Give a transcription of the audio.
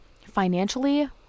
financially